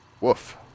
Woof